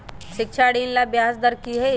शिक्षा ऋण ला ब्याज दर कि हई?